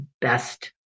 best